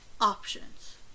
options